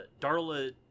Darla